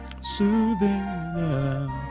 soothing